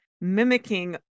mimicking